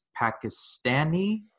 Pakistani